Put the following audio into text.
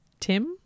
tim